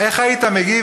איך היית מגיב,